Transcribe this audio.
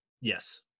Yes